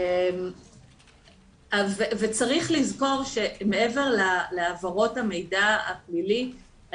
צריך לזכור שמעבר להעברות המידע הפלילי,